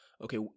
Okay